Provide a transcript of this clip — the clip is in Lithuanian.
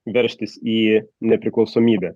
veržtis į nepriklausomybę